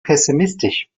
pessimistisch